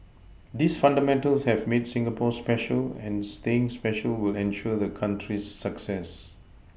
these fundamentals have made Singapore special and staying special will ensure the country's success